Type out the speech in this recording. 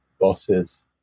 bosses